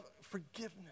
forgiveness